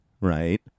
right